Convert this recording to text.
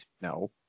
No